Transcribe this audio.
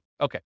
Okay